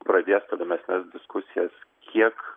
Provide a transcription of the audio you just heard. pradės tolimesnes diskusijas kiek